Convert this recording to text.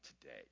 today